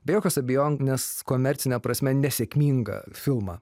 be jokios abejonės komercine prasme nesėkmingą filmą